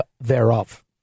thereof